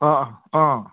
अँ अँ अँ अँ